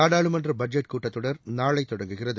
நாடாளுமன்ற பட்ஜெட் கூட்டத்தொடர் நாளை தொடங்குகிறது